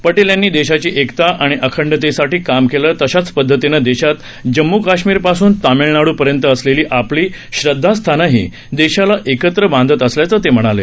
पटेल यांनी देशाची एकता आणि अखंडतेसाठी काम केलं तशाच पदधतीनं देशात जम्मू कश्मीर पासून तामिळनाडू पर्यंत असलेली आपली श्रदधास्थानंही देशाला एकत्र बांधत असल्याचं ते म्हणाले